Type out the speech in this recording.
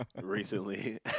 recently